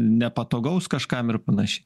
nepatogaus kažkam ir panašiai